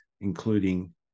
including